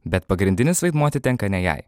bet pagrindinis vaidmuo atitenka ne jai